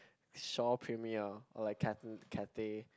Shaw Premiere or like catha~ Cathay